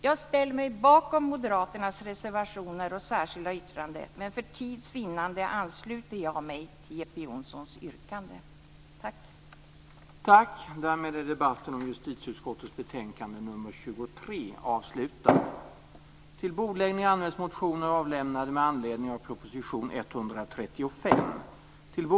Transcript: Jag ställer mig bakom moderaternas reservationer och särskilda yttranden men för tids vinnande nöjer jag mig med att ansluta mig till Jeppe